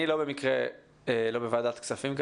לא במקרה אני כרגע לא בוועדת כספים,